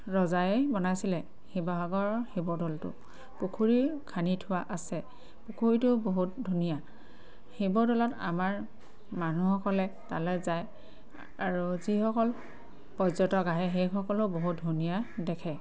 ৰজাই বনাইছিলে শিৱসাগৰৰ শিৱদৌলটো পুখুৰী খান্দি থোৱা আছে পুখুৰীটো বহুত ধুনীয়া শিৱদৌলত আমাৰ মানুহসকলে তালৈ যায় আৰু যিসকল পৰ্যটক আহে সেইসকলো বহুত ধুনীয়া দেখে